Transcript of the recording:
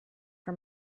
for